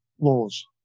laws